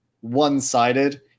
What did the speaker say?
one-sided